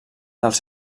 dels